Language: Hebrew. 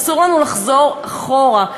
אסור לנו לחזור אחורה.